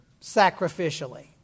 sacrificially